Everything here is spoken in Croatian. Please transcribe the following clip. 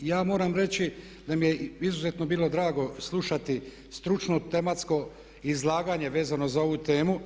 Ja moram reći da mi je izuzetno bilo drago slušati stručno tematsko izlaganje vezano za ovu temu.